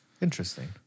Interesting